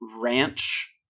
ranch